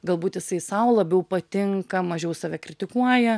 galbūt jisai sau labiau patinka mažiau save kritikuoja